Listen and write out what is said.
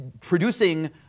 producing